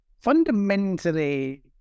fundamentally